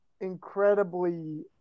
incredibly